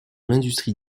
l’industrie